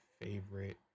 favorite